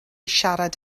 siarad